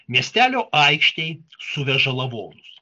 miestelio aikštėj suveža lavonus